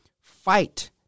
fight